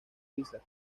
prisa